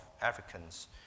Africans